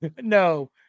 No